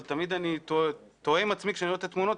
אבל אני תמיד טועה עם עצמי כשאני רואה את התמונות,